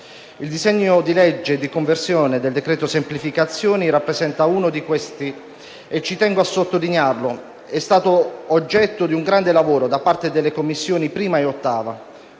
Il disegno di legge di conversione del decreto-legge semplificazioni rappresenta uno di questi e ci tengo a sottolinearlo. È stato oggetto di un grande lavoro da parte delle Commissioni 1a e 8a,